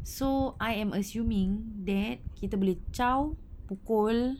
so I am assuming that kita boleh ciao pukul